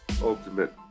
ultimate